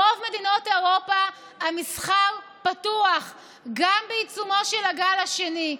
ברוב מדינות אירופה המסחר פתוח גם בעיצומו של הגל השני.